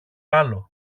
άλλο